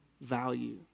value